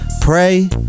Pray